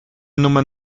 nummer